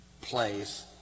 place